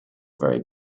very